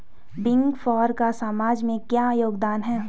Big four का समाज में क्या योगदान है?